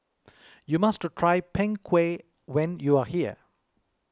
you must try Png Kueh when you are here